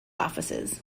offices